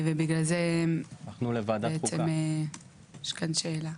ובגלל זה בעצם יש כאן שאלה.